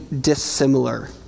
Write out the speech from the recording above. dissimilar